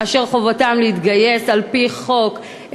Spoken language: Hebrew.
אשר חובתם להתגייס על-פי חוק,